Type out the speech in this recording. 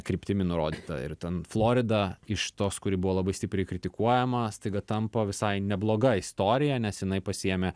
kryptimi nurodyta ir ten florida iš tos kuri buvo labai stipriai kritikuojama staiga tampa visai nebloga istorija nes jinai pasiėmė